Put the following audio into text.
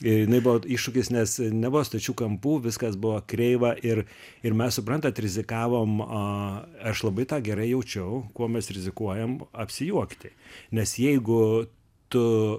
ė jinai buvo iššūkis nes nebuvo stačių kampų viskas buvo kreiva ir ir mes suprantat rizikavom a aš labai tą gerai jaučiau kuo mes rizikuojam apsijuokti nes jeigu tu